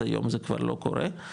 היום זה כבר לא קורה,